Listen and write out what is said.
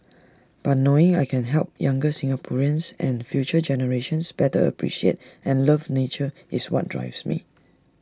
but knowing I can help younger Singaporeans and future generations better appreciate and love nature is what drives me